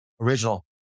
original